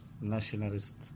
nationalist